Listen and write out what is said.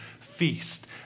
feast